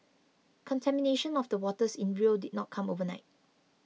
contamination of the waters in Rio did not come overnight